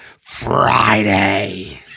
Friday